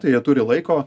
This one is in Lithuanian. tai jie turi laiko